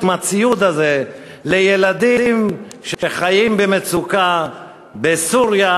הציוד הזה לילדים שחיים במצוקה בסוריה,